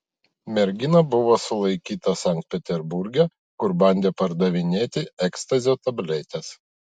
mergina buvo sulaikyta sankt peterburge kur bandė pardavinėti ekstazio tabletes